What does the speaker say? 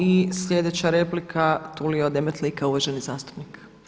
I slijedeća replika Tulio Demetlika uvaženi zastupnik.